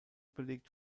belegt